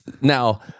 now